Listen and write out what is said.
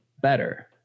better